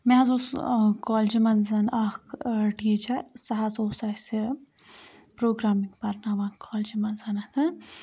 مےٚ حظ اوس کالجہِ منٛز اَکھ ٹیٖچَر سُہ حظ اوس اَسہِ پروگرامِنٛگ پَرناوان کالجہِ منٛز